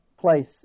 place